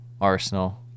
Arsenal